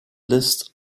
list